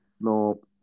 No